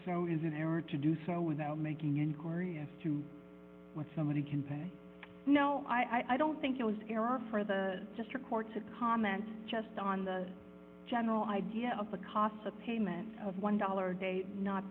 zero is an error to do so without making inquiry as to what somebody can pay no i don't think it was error for the just record to comment just on the general idea of the costs of payment of one dollar a day not